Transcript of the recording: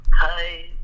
Hi